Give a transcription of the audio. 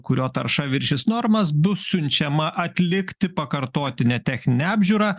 kurio tarša viršys normas bus siunčiama atlikti pakartotinę techninę apžiūrą